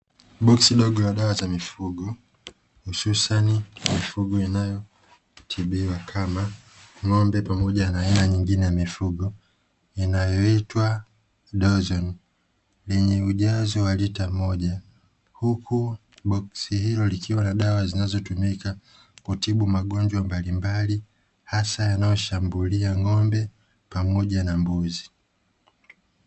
Boksi dogo la dawa za mifugo, hususani mifugo inayotibiwa kama ng'ombe pamoja na aina nyingini ya mifugo inayoitwa "dozeni" lenye ujazo wa lita moja. Huku boksi hilo likiwa na dawa zinazotumika kutibu magonjwa mbalimbali hasa yanayoshambulia ng'ombe pamoja na mbuzi.